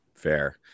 fair